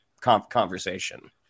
conversation